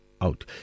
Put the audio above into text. out